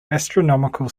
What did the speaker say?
astronomical